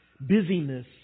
Busyness